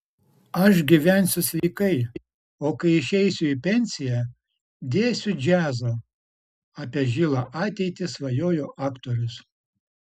aš gyvensiu sveikai o kai išeisiu į pensiją dėsiu džiazą apie žilą ateitį svajojo aktorius